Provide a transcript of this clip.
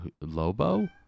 Lobo